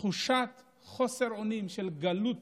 תחושת חוסר אונים של גלות